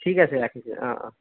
ঠিক আছে ৰাখিছোঁ অঁ অঁ